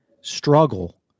struggle